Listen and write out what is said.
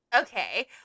Okay